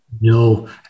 No